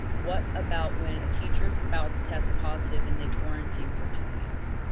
what about when a teacher's spouse tests positive and they quarantine for two weeks?